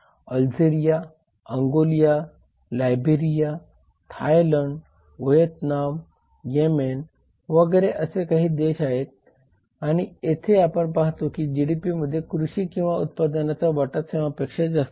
Algeria Angola Liberia Thailand Vietnam Yemen वगैरे असे काही देश आहेत आणि येथे आपण पाहतो की जीडीपीमध्ये कृषी किंवा उत्पादनाचा वाटा सेवांपेक्षा जास्त आहे